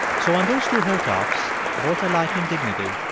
so on those two hilltops, both alike in dignity,